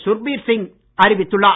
சுர்பீர் சிங் அறிவித்துள்ளார்